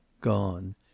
gone